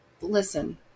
listen